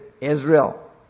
Israel